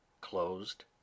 closed